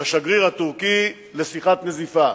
לשגריר הטורקי לשיחת נזיפה,